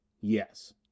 Yes